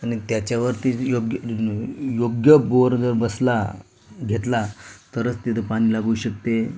आनि त्याच्यावरती योग्य योग्य बोअर जर बसला घेतला तरच तिथे पाणी लागू शकते